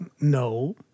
No